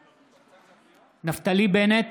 בעד נפתלי בנט,